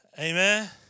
amen